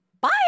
Bye